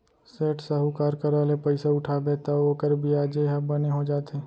सेठ, साहूकार करा ले पइसा उठाबे तौ ओकर बियाजे ह बने हो जाथे